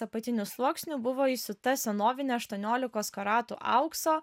apatinių sluoksnių buvo įsiūta senovinė aštuoniolikos karatų aukso